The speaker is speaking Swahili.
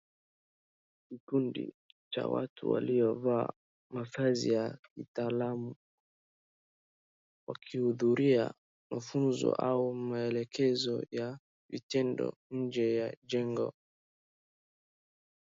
Kikundi cha watu waliovaa mavazi ya kitaalamu wakihudhuria mafunzo au maelekezo ya vitendo nje ya jengo.